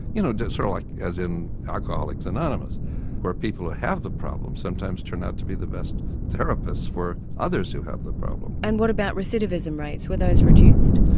you know sort of like as in alcoholics anonymous where people who have the problem sometimes turn out to be the best therapists for others who have the problem. and what about recidivism rates, were those reduced?